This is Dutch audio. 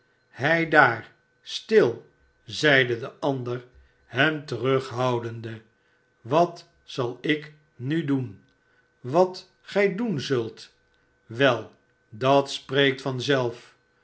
heidaar stil zeide de ander hem tegenhoudende a wat zal ik nu doen wat gij doen zult wel dat spreekt